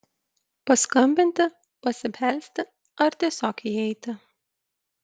paskambinti pasibelsti ar tiesiog įeiti